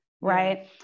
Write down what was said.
Right